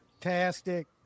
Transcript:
Fantastic